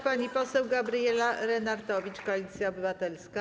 Pani poseł Gabriela Lenartowicz, Koalicja Obywatelska.